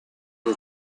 the